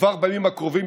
כבר בימים הקרובים,